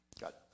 got